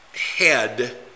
Head